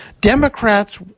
Democrats